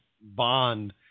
Bond